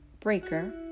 Breaker